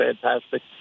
fantastic